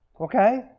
Okay